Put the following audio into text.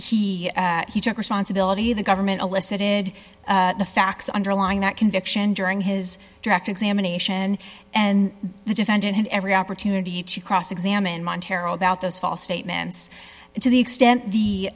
he he took responsibility the government elicited the facts underlying that conviction during his direct examination and the defendant had every opportunity to cross examine montero about those false statements to the extent the